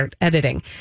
editing